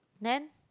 then